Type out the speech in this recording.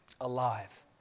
alive